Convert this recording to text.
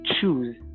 choose